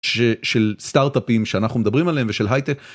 של, של סטארטאפים שאנחנו מדברים עליהם ושל הייטק.